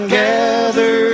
gather